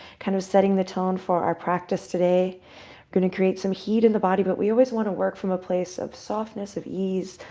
kind of setting the tone for our practice today. we're going to create some heat in the body, but we always want to work from a place of softness and ease,